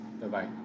bye-bye